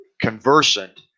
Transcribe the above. conversant